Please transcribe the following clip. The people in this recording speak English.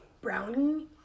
brownie